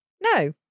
No